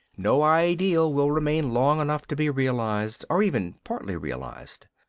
no ideal will remain long enough to be realized, or even partly realized.